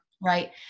Right